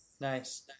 Nice